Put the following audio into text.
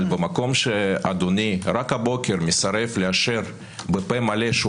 אבל במקום שאדוני רק הבוקר מסרב לאשר בפה מלא שהוא